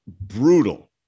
brutal